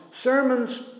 Sermons